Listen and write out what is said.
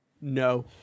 No